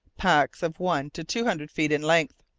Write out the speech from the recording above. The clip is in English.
packs of one to two hundred feet in length,